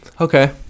okay